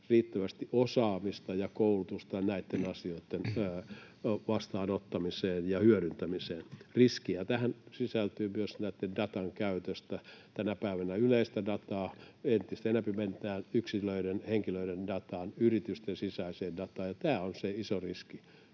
riittävästi osaamista ja koulutusta näitten asioitten vastaanottamiseen ja hyödyntämiseen? Riskiä tähän sisältyy myös datan käytöstä. Tänä päivänä yleisestä datasta entistä enempi mennään yksilöiden, henkilöiden, dataan, yritysten sisäiseen dataan, ja tämä on se iso riski